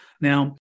Now